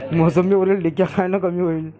मोसंबीवरील डिक्या कायनं कमी होईल?